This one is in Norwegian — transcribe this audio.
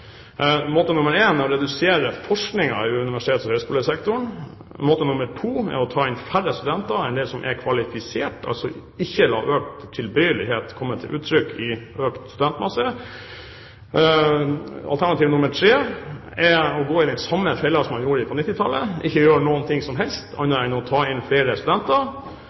Måte nr. 1 er å redusere forskningen innen universitets- og høgskolesektoren. Måte nr. 2 er å ta inn færre studenter enn dem som er kvalifisert, altså ikke la økt studietilbøyelighet komme til uttrykk i økt studentmasse. Måte nr. 3 er å gå i den samme fella som man gikk i på 1990-tallet: ikke gjøre noe som helst annet enn å ta inn flere studenter.